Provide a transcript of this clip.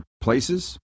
places